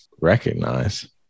recognize